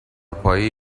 پایی